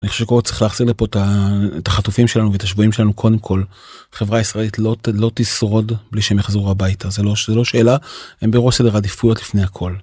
אני חושב שהוא צריך להחזיר לפה את החטופים שלנו ואת השבועים שלנו קודם כל. חברה ישראלית לא תשרוד בלי שהם יחזרו הביתה. זה לא שאלה, הם בראש סדר עדיפויות לפני הכל.